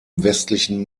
westlichen